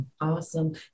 Awesome